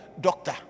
doctor